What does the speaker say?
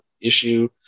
issue